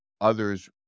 others